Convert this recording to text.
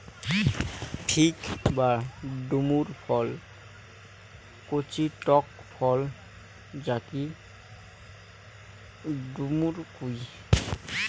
fig বা ডুমুর ফল কচি টক ফল যাকি ডুমুর কুহু